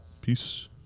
peace